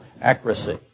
accuracy